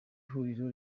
huriro